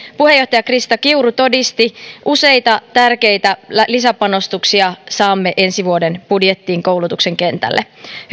puheenjohtaja krista kiuru todisti useita tärkeitä lisäpanostuksia saamme ensi vuoden budjettiin koulutuksen kentälle